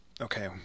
okay